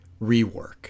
Rework